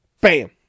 Bam